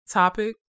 topic